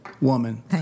woman